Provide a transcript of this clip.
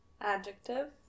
adjective